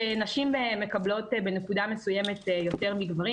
שנשים מקבלות בנקודה מסוימת יותר מגברים.